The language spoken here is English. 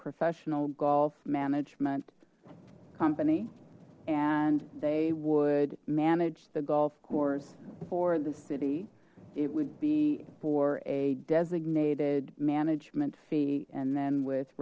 professional golf management company and they would manage the golf course for the city it would be for a designated management fee and then with